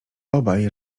obaj